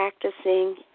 practicing